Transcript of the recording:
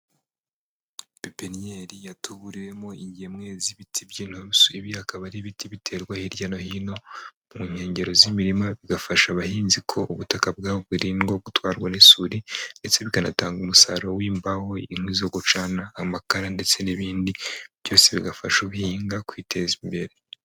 Pepininyeri yatuburiyemo ingemwe z'ibiti by'inturusu. Ibi bikaba ari biti biterwa hirya no hino mu nkengero z'imirima, bigafasha abahinzi ko ubutaka bwabo burindwa gutwarwa n'isuri, ndetse bikanatanga umusaruro w'imbaho, inkwi zo gucana, amakara ndetse n'ibindi. Byose bigafasha ababihinga kwiteza imbere.